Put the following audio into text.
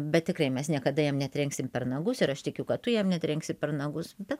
bet tikrai mes niekada jam netrenksim per nagus ir aš tikiu kad tu jam netrenksi per nagus bet